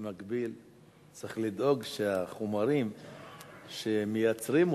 במקביל צריך לדאוג שהחומרים שמייצרים אותם,